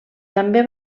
també